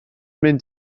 mynd